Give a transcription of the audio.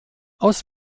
aus